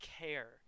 care